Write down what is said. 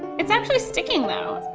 it's actually sticking though.